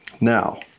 now